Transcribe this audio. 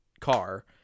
car